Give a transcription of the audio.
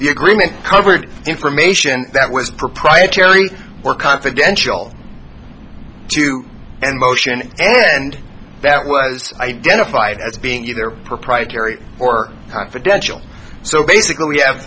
the agreement covered information that was proprietary or confidential to and motion and that was identified as being either proprietary or confidential so basically we have